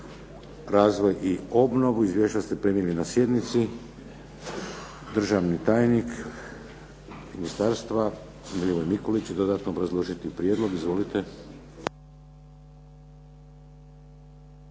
razvoj i obnovu. Izvješća ste primili na sjednici. Državni tajnik ministarstva Milivoj Mikulić će dodatno obrazložiti prijedlog. Izvolite.